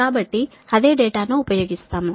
కాబట్టి అదే డేటాను ఉపయోగిస్తాము